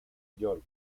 york